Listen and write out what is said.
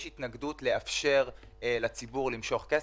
יש התנגדות לאפשר לציבור למשוך כסף.